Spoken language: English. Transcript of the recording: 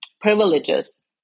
privileges